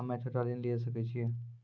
हम्मे छोटा ऋण लिये सकय छियै?